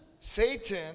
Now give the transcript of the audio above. Satan